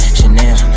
Chanel